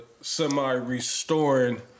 semi-restoring